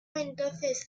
entonces